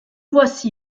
voici